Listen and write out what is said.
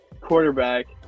quarterback